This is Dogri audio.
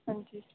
हां जी